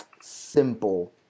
simple